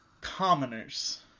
commoners